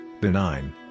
benign